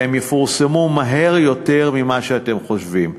והם יפורסמו מהר יותר ממה שאתם חושבים.